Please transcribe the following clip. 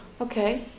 Okay